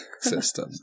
system